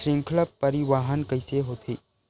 श्रृंखला परिवाहन कइसे होथे?